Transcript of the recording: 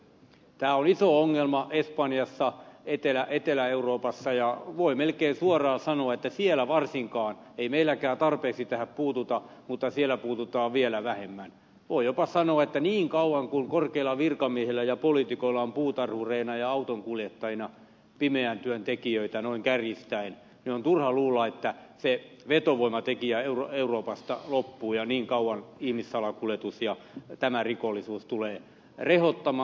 tämä on iso ongelma espanjassa etelä euroopassa ja voi melkein suoraan sanoa että siellä varsinkaan ei meilläkään tarpeeksi tähän puututa mutta siellä puututaan vielä vähemmän voi jopa sanoa että niin kauan kuin korkeilla virkamiehillä ja poliitikoilla on puutarhureina ja autonkuljettajina pimeän työn tekijöitä noin kärjistäen niin on turha luulla että se vetovoimatekijä euroopasta loppuu ja niin kauan ihmissalakuljetus ja tämä rikollisuus tulee rehottamaan